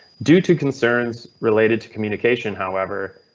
due to concerns related to communication however,